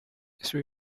sui